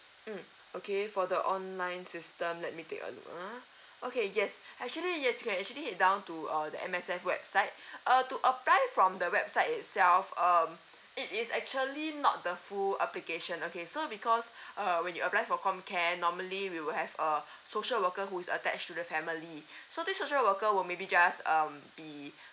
mm okay for the online system let me take a look ah okay yes actually yes you can actually head down to uh the M_S_F website uh to apply from the website itself um it is actually not the full application okay so because uh when you apply for comcare normally we will have a social worker who is attach to the family so this social worker will maybe just um be